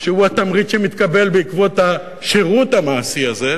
שהוא התמריץ שמתקבל בעקבות השירות המעשי הזה.